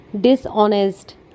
Dishonest